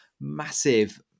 massive